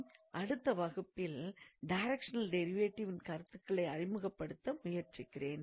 நமது அடுத்த வகுப்பில் டைரக்ஷனல் டிரைவேட்டிவின் கருத்துக்களை அறிமுகப்படுத்த முயற்சிக்கிறேன்